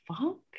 fuck